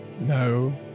No